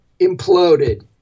imploded